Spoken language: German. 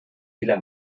villa